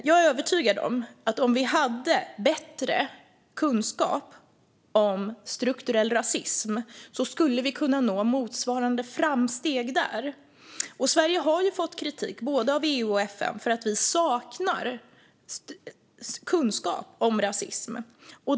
Jag är övertygad om att om vi hade bättre kunskap om strukturell rasism skulle vi kunna nå motsvarande framsteg där. Sverige har ju fått kritik från både EU och FN för att vi saknar kunskap om rasism.